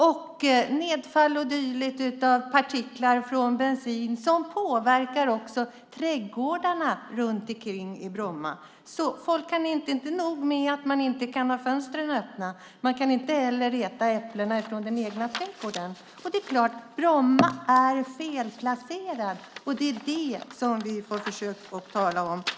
Det är nedfall och dylikt av partiklar från bensin som också påverkar trädgårdarna runt omkring Bromma. Det är inte nog med att man inte kan ha fönstren öppna. Man kan inte heller äta äpplena från den egna trädgården. Bromma är felplacerat. Det har vi försökt att tala om.